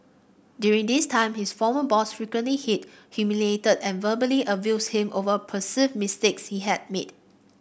during this time his former boss frequently hit humiliated and verbally abused him over perceived mistakes he had made